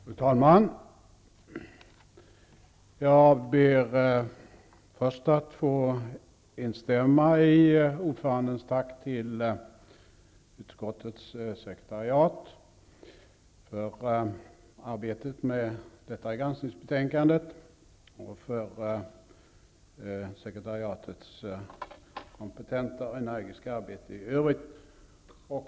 Fru talman! Jag ber först att få instämma i utskottsordförandens tack till utskottets sekretariat för arbetet med detta granskningsbetänkande och för dess kompetenta och energiska arbete i övrigt.